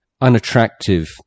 unattractive